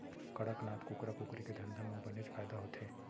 कड़कनाथ कुकरा कुकरी के धंधा म बनेच फायदा होथे